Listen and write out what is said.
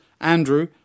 Andrew